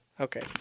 okay